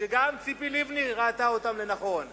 שגם ציפי לבני ראתה לנכון לקדם.